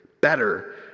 Better